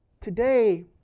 today